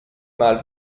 mal